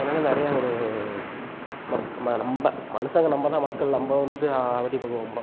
அதனால் நிறையா ஒரு மக் ம நம்ம மனுஷங்க நம்ம தான் மக்கள் நம்ம வந்துட்டு அவதிப்படுவோம் ரொம்ப